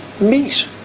meet